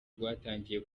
rwatangiye